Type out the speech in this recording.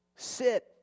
Sit